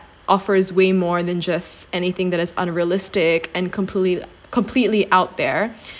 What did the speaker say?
offer is way more than just anything that is unrealistic and completely completely out there